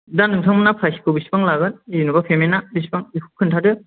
दा नोंथांमोनहा प्राइसखौ बेसेबां लागोन जेनेबा पेमेन्टा बेसेबां बेखौ खोन्थादो